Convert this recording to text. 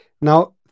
Now